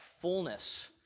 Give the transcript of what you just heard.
fullness